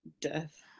death